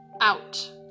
out